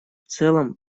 целом